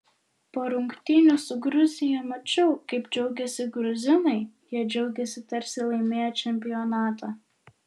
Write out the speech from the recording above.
po rungtynių su gruzija mačiau kaip džiaugėsi gruzinai jie džiaugėsi tarsi laimėję čempionatą